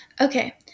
Okay